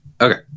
Okay